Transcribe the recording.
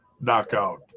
knockout